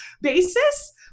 basis